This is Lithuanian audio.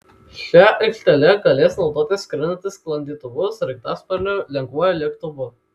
šia aikštele galės naudotis skrendantys sklandytuvu sraigtasparniu lengvuoju lėktuvu